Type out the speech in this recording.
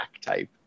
type